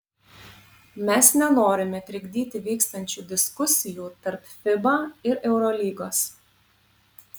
mes nenorime trikdyti vykstančių diskusijų tarp fiba ir eurolygos